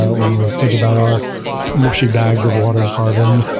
ah when we think about our mushy bags of water and carbon,